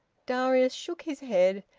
darius shook his head,